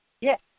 Yes